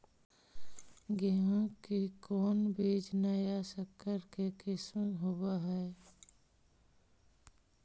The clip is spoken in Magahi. गेहू की कोन बीज नया सकर के किस्म होब हय?